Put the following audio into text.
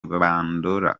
bandora